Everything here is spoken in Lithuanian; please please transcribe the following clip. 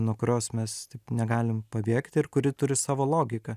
nuo kurios mes negalim pabėgt ir kuri turi savo logiką